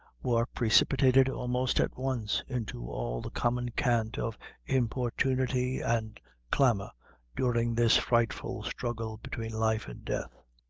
were precipitated, almost at once, into all the common cant of importunity and clamor during this frightful struggle between life and death.